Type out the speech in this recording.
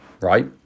right